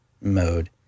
mode